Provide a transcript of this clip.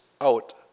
out